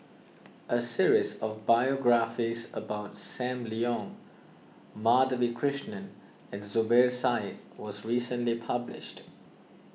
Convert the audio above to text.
a series of biographies about Sam Leong Madhavi Krishnan and Zubir Said was recently published